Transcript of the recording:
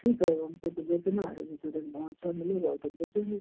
ठीक है उनको तो बेचना है जिस दिन भाव अच्छा मिलेगा वह तो बेचेंगे